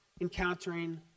encountering